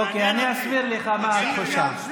אוקיי, אני אסביר לך מה התחושה.